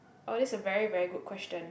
oh this is a very very good question